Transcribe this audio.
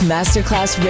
Masterclass